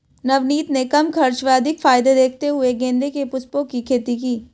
नवनीत ने कम खर्च व अधिक फायदे देखते हुए गेंदे के पुष्पों की खेती की